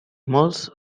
molts